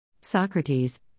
Socrates